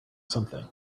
something